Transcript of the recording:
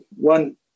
one